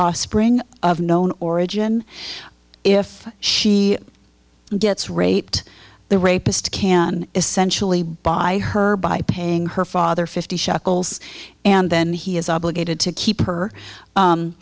offspring of known origin if she gets raped the rapist can essentially buy her by paying her father fifty shekels and then he is obligated to keep her